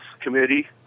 Committee